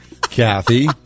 Kathy